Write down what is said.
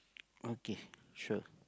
okay sure